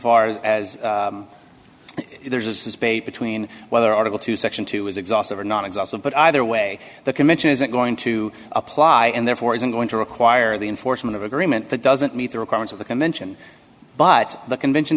far as there's a space between whether article two section two is exhaustive or not exhaustive but either way the convention isn't going to apply and therefore isn't going to require the enforcement of agreement that doesn't meet the requirements of the convention but the convention